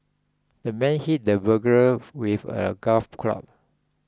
the man hit the burglar with a golf club